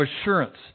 assurance